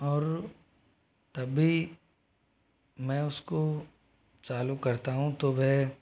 और तब भी मैं उसको चालू करता हूँ तो वह